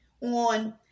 on